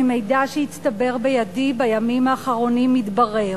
ממידע שהצטבר בידי בימים האחרונים מתברר,